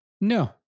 No